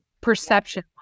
perception